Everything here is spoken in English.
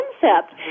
concept